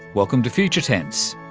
welcome to future tense.